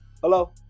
Hello